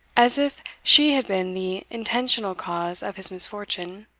as if she had been the intentional cause of his misfortune.